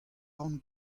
ran